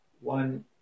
one